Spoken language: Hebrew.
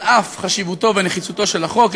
על אף חשיבותו ונחיצותו של החוק,